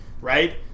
right